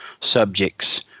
subjects